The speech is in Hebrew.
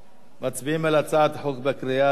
מצביעים על הצעת החוק בקריאה השנייה.